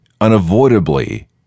unavoidably